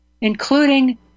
including